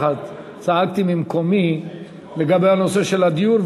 צעקתי ממקומי לגבי הנושא של הדיור,